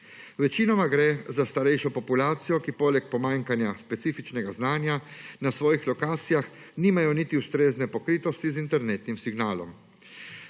Večinoma gre za starejšo populacijo, ki poleg pomanjkanja specifičnega znanja na svojih lokacij nimajo niti pokritosti z internetnim signalom.